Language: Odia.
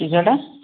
କିସ ଟା